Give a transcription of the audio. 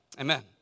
amen